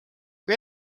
kui